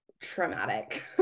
traumatic